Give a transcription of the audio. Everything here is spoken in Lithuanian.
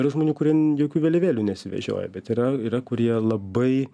yra žmonių kurie jokių vėliavėlių nesivežioja bet yra yra kurie labai